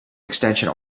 extension